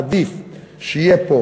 עדיף שיהיה פה